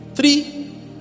Three